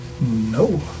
No